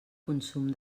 consum